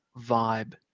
vibe